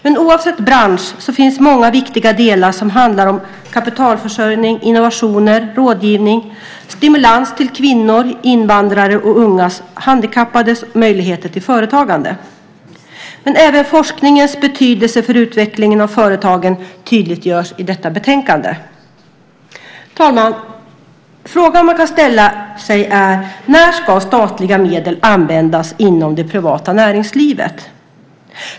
Men oavsett bransch finns många viktiga delar som handlar om kapitalförsörjning, innovationer, rådgivning och stimulans till kvinnors, invandrares, ungas och handikappades möjligheter till företagande. Men även forskningens betydelse för utvecklingen av företagen tydliggörs i detta betänkande. Herr talman! Frågan man kan ställa sig är när statliga medel ska användas inom det privata näringslivet.